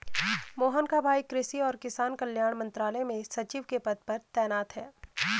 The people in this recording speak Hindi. मोहन का भाई कृषि और किसान कल्याण मंत्रालय में सचिव के पद पर तैनात है